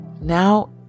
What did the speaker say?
Now